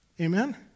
Amen